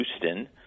Houston